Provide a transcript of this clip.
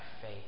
faith